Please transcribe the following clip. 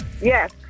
Yes